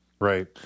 Right